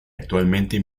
actualmente